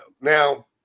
Now